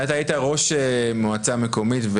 אתה היית ראש מועצה מקומית,